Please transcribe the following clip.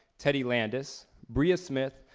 teddy landis, bria smith,